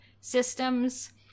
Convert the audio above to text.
systems